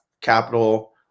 capital